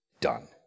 done